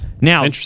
Now